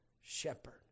shepherd